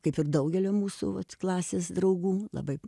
kaip ir daugelio mūsų vat klasės draugų labai